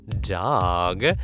dog